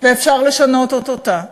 ואפשר לשנות אותה.